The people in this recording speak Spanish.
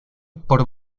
por